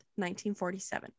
1947